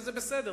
וזה בסדר,